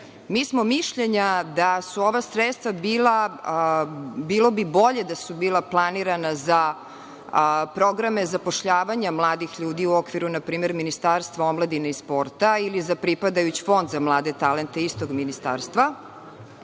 Mi smo mišljenja da su ova sredstva, bilo bi bolje da su planirana za programe zapošljavanja mladih ljudi npr. u okviru Ministarstva omladine i sporta ili za pripadajući Fond za mlade talente istog ministarstva,